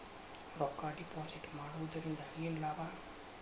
ರೊಕ್ಕ ಡಿಪಾಸಿಟ್ ಮಾಡುವುದರಿಂದ ಏನ್ ಲಾಭ?